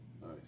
nice